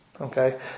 okay